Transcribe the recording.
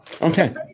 Okay